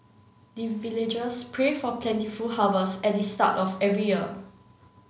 the villagers pray for plentiful harvest at the start of every year